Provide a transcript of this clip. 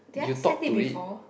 you talk to it